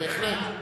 בהחלט.